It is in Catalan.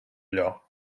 allò